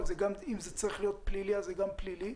אם זה צריך להיות פלילי אז גם פלילי,